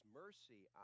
mercy